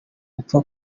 upfa